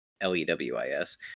l-e-w-i-s